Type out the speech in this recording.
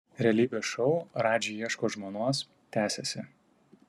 realybės šou radži ieško žmonos tęsiasi